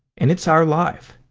and it's our life.